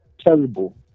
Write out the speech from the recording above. terrible